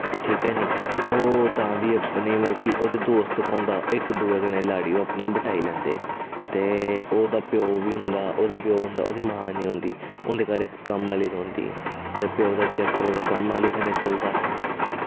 ठीक ऐ निं ओह् तां बी अपने मतलव कि ओह्दा दोस्त गै होंदा इक दुऐ कन्नै लाड़ी ओह् बटाई लैंदे ते ओह्दा प्यो बी होंदा ओह्दा प्यो होंदा ओह्दी मां निं होंदी उंदे घर इक कम्म आह्ली रौंह्दी ते प्यो दा चक्कर ओह्दा कम्म आह्ली कन्नै चलदा